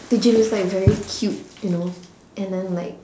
the gym is like very cute you know and then like